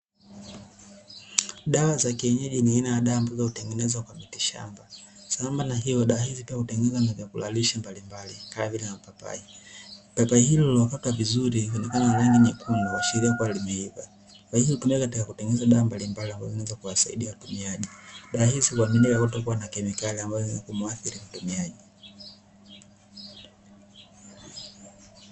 Dawa za kienyeji ni aina ya dawa ambazo hutengenezwa kwa mitishamba, sambamba na hilo dawa hizi pia hutengenezwa kwa vyakula lishe mbalimbali kama vile mapapai, papai hilo lililokatwa vizuri kuonekana kuwa na rangi nyekundu kuashiria kuwa limeiva, na hii hutumika katika kutengeneza dawa mbalimbali ambazo zinaweza kuwasaidia watumiaji, dawa hizi huaminika kutokua na kemikali ambazo zinaweza kumuathiri mtumiaji.